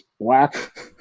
black